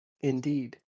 Indeed